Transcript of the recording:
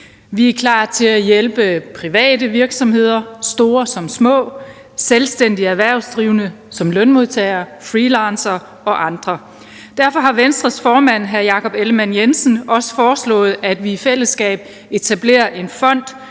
Vi er klar til at hjælpe private virksomheder, store som små, selvstændige erhvervsdrivende som lønmodtagere, freelancere og andre. Derfor har Venstres formand, hr. Jakob Ellemann-Jensen, også foreslået, at vi i fællesskab etablerer en fond